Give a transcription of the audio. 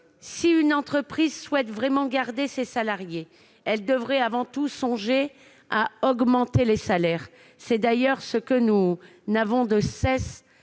Si une entreprise souhaite vraiment garder ses salariés, elle devrait avant tout songer à augmenter les salaires- c'est d'ailleurs ce que nous n'avons de cesse